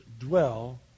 dwell